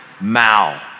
Mao